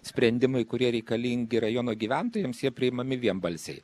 sprendimai kurie reikalingi rajono gyventojams jie priimami vienbalsiai